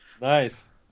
Nice